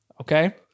okay